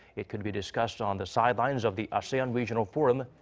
it could be discussed on the sidelines of the asean regional forum.